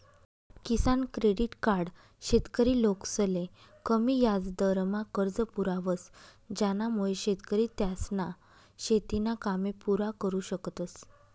किसान credit card शेतकरी लोकसले कमी याजदरमा कर्ज पुरावस ज्यानामुये शेतकरी त्यासना शेतीना कामे पुरा करु शकतस